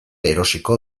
erosiko